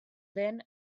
then